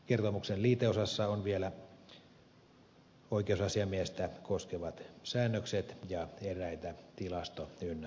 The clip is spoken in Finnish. kertomuksen liiteosassa on vielä oikeusasiamiestä koskevat säännökset ja eräitä tilasto ynnä muuta